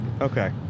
Okay